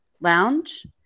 Lounge